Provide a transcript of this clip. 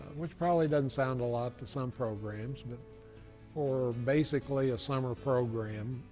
which probably doesn't sound a lot to some programs. but for basically a summer program,